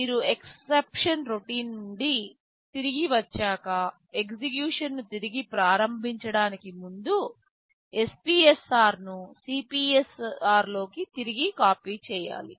మీరు exception routine నుండి తిరిగి వచ్చాక ఎగ్జిక్యూషన్ ను తిరిగి ప్రారంభించడానికి ముందు SPSR ను CPSR లోకి తిరిగి కాపీ చేయాలి